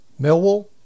Millwall